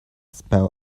spell